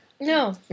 No